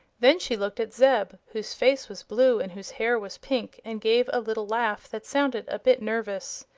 then she looked at zeb, whose face was blue and whose hair was pink, and gave a little laugh that sounded a bit nervous.